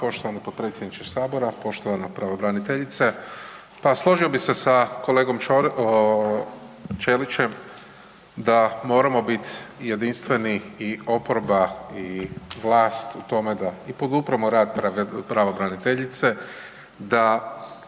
poštovani potpredsjedniče Sabora, poštovana pravobraniteljice. Pa složio bi se sa kolegom Ćelićem da moram biti jedinstveni i oporba i vlast u tome i da podupremo rad pravobraniteljice, da